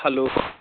hello